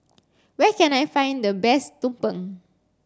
where can I find the best Tumpeng